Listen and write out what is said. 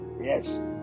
Yes